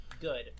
good